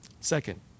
Second